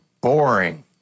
boring